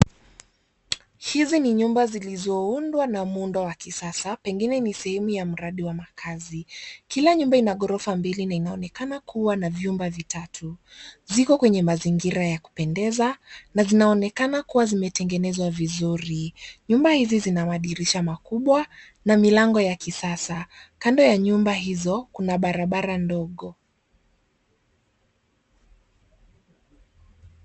Hizi ni nyumba zilizoundwa kwa muundo wa kisasa pengine ni sehemu ya mradi wa makaazi. Kila nyumba iko na ghorofa mbili na zinaonekana kuwa na vyumba vitatu, ziko kwenye mazingira ya kupendeza na zinaonekaa kuwa zimetengenezwa vizuri. Nyumba hizi zina madirisha makubwa na milango ya kisasa, kando ya nyumba hizo kuna barabara ndogo.